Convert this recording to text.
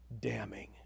damning